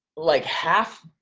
like half,